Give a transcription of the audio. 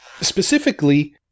specifically